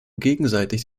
gegenseitig